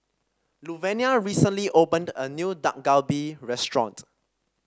Luvenia recently opened a new Dak Galbi restaurant